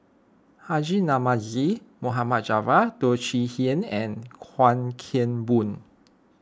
Haji Namazie Mohd Javad Teo Chee Hean and Chuan Keng Boon